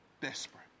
desperate